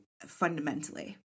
fundamentally